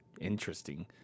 interesting